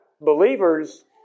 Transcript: believers